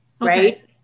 right